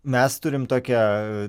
mes turim tokią